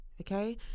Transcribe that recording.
okay